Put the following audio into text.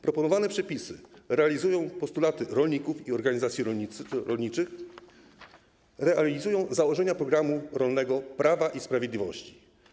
Proponowane przepisy realizują postulaty rolników i organizacji rolniczych i założenia programu rolnego Prawa i Sprawiedliwości.